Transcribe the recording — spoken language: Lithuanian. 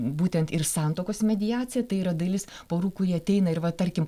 būtent ir santuokos mediacija tai yra dalis porų kurie ateina ir va tarkim